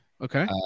okay